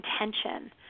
intention